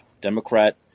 Democrat